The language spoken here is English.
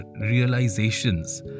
realizations